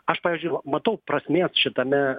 aš pavyzdžiui matau prasmės šitame